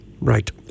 Right